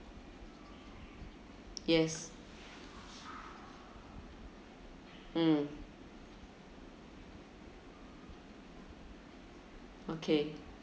yes mm okay